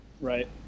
right